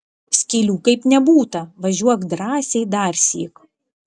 skylių kaip nebūta važiuok drąsiai darsyk